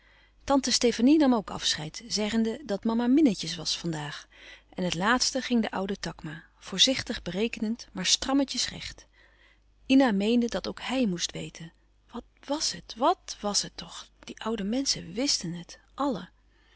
tante stefanie nam ook afscheid zeggende dat mama minnetjes was van daag en het laatste ging de oude takma voorzichtig berekenend maar strammetjes recht ina meende dat ook hij moest weten wat was het wàt was het toch die oude menschen wsten het àllen